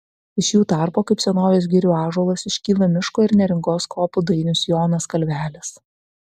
iš jų tarpo kaip senovės girių ąžuolas iškyla miško ir neringos kopų dainius jonas kalvelis